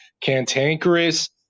cantankerous